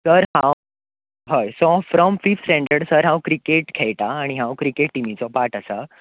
sir हांव हय sir from fifth standard sir हांव क्रिकेट खेळटा आनी हांव क्रिकेट टिमिचो पार्ट आसा